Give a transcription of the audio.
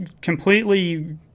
completely